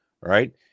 Right